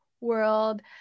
world